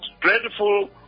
dreadful